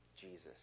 Jesus